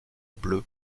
bleu